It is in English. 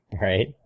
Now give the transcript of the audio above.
Right